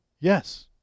Yes